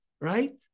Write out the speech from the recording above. right